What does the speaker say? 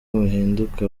muhinduke